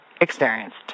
experienced